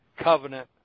covenant